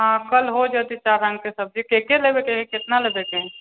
आ कल हो जेतै पावनि के शब्जी के के लेबयके हइ केतना लेबयके हइ